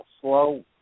slow